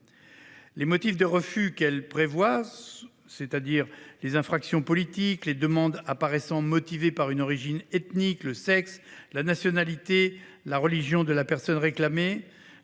Les motifs de refus qu’elle prévoit – les infractions politiques, les demandes paraissant motivées par l’origine ethnique, le sexe, la nationalité ou la religion de la personne réclamée,